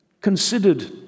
considered